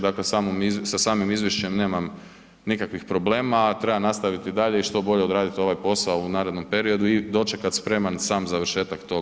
Dakle sa samim izvješćem nemam nikakvih problema, treba nastaviti i dalje i što bolje odraditi ovaj posao u narednom periodu i dočekati spreman sam završetak tog procesa.